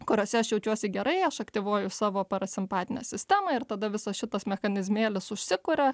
kuriose aš jaučiuosi gerai aš aktyvuoju savo parasimpatinę sistemą ir tada visas šitas mechanizmėlis užsikuria